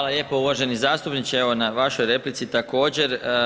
Hvala lijepo uvaženi zastupniče, evo na vašoj replici također.